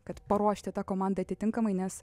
kad paruošti tą komandą atitinkamai nes